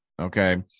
Okay